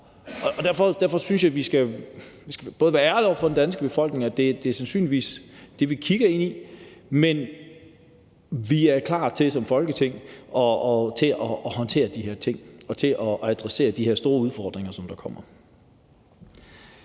Derfor synes jeg, vi både skal være ærlige over for den danske befolkning om, at det sandsynligvis er det, vi kigger ind i, men vi skal også være klar til som Folketing at håndtere de her ting og adressere de her store udfordringer, der kommer.